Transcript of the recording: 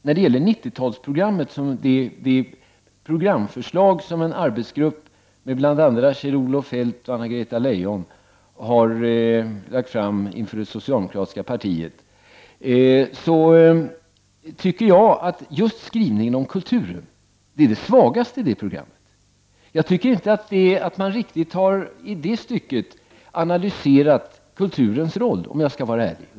När det gäller 90-talsprogrammet, det programförslag som en arbetsgrupp med bl.a. Kjell-Olof Feldt och Anna-Greta Leijon har lagt fram inför det socialdemokratiska partiet, tycker jag att just skrivningen om kulturen är det svagaste i det programmet. Jag tycker inte att man riktigt har analyserat kulturens roll, om jag skall vara ärlig.